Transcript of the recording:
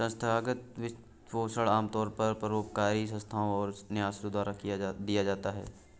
संस्थागत वित्तपोषण आमतौर पर परोपकारी संस्थाओ और न्यासों द्वारा दिया जाता है